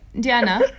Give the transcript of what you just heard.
Diana